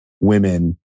women